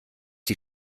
die